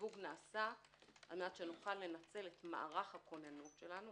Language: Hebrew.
הסיווג נעשה כדי שנוכל לנצל את מערך הכוננות שלנו.